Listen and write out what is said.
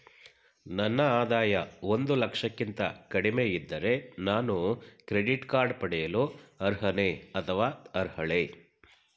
ನನ್ನ ಆದಾಯ ಒಂದು ಲಕ್ಷಕ್ಕಿಂತ ಕಡಿಮೆ ಇದ್ದರೆ ನಾನು ಕ್ರೆಡಿಟ್ ಕಾರ್ಡ್ ಪಡೆಯಲು ಅರ್ಹನೇ ಅಥವಾ ಅರ್ಹಳೆ?